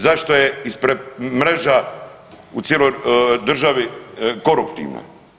Zašto je mreža u cijeloj državi koruptivna?